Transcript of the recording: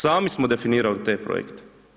Sami smo definirali te projekte.